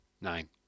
Nine